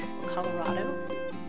Colorado